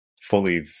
fully